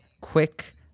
quick